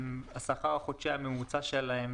השכר החודשי הממוצע שלהם,